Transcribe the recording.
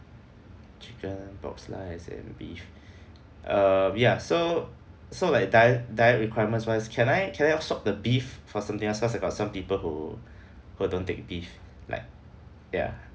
chicken pork slice and beef err ya so so like diet diet requirements wise can I can I of swap the beef for something else cause I got some people who who don't take beef like ya